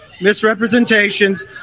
misrepresentations